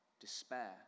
despair